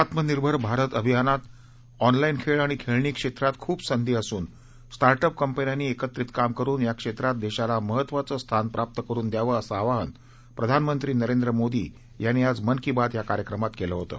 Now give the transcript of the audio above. आत्मनिर्भर भारत अभियानात ऑनलाईन खेळ आणि खेळणी क्षेत्रात खूप संधी असून स्टार्ट अप कंपन्यांनी एकत्रित काम करून या क्षेत्रात देशाला महत्वाचं स्थान प्राप्त करून द्यावं असं आवाहन प्रधानमंत्री नरेंद्र मोदी यांनी आज मन की बात या कार्यक्रमात केलं होतं